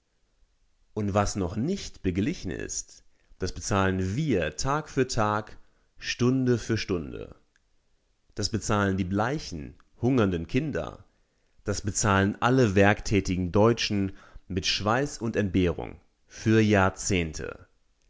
und was noch nicht beglichen ist das bezahlen wir tag für tag stunde für stunde das bezahlen die bleichen hungernden kinder das bezahlen alle werktätigen deutschen mit schweiß und entbehrung für